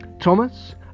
Thomas